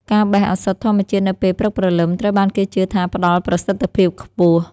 ការបេះឱសថធម្មជាតិនៅពេលព្រឹកព្រលឹម ត្រូវបានគេជឿថាផ្តល់ប្រសិទ្ធភាពខ្ពស់។